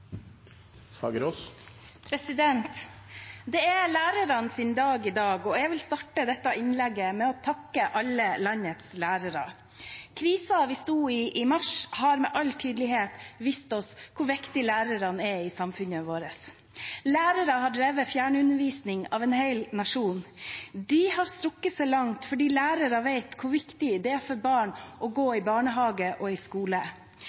dag i dag, og jeg vil starte dette innlegget med å takke alle landets lærere. Krisen vi sto i i mars, har med all tydelighet vist oss hvor viktig lærerne er i samfunnet vårt. Lærerne har drevet fjernundervisning av en hel nasjon. De har strukket seg langt, for lærerne vet hvor viktig det er for barn å gå i barnehage og i skole.